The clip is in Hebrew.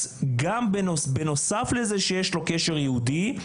אז גם בנוסף לזה שיש לו קשר יהודי ,